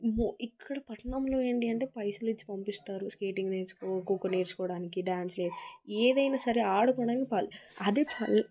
ఇక్కడ పట్నంలో ఏందీ అంటే పైసలు ఇచ్చి పంపిస్తారు స్కేటింగ్ నేర్చుకో కొక్కో నేర్చుకోవడానికి డాన్సులు ఏదైనా సరే ఆడుకోడానికి పల్లె అదే పల్లె